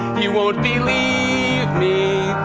you won't believe me.